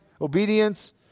obedience